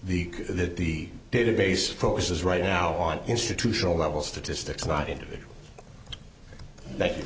the that the database focuses right now on institutional level statistics not individual that